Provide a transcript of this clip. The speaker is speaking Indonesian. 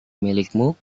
milikmu